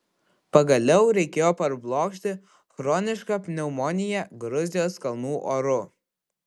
pagaliau reikėjo parblokšti chronišką pneumoniją gruzijos kalnų oru